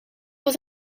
was